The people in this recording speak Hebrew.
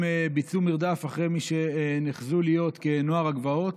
הם ביצעו מרדף אחרי מי שנחזו להיות כנוער הגבעות.